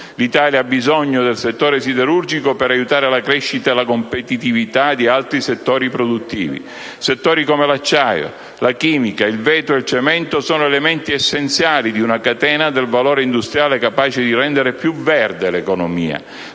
L'Italia ha bisogno del settore siderurgico per aiutare la crescita e la competitività di altri settori produttivi. Settori come l'acciaio, la chimica, il vetro e il cemento sono elementi essenziali di una catena del valore industriale capace di rendere più verde l'economia.